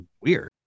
weird